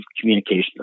communication